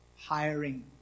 hiring